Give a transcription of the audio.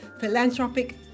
philanthropic